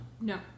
no